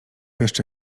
jeszcze